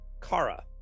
Kara